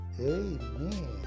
Amen